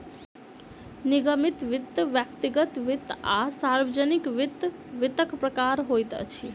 निगमित वित्त, व्यक्तिगत वित्त आ सार्वजानिक वित्त, वित्तक प्रकार होइत अछि